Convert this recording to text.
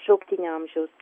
šauktinio amžiaus